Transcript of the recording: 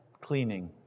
cleaning